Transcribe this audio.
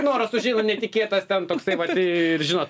noras užeina netikėtas ten toksai vat ir žinot